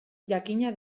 jakina